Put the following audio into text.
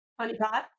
Honeypot